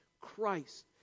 Christ